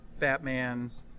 Batmans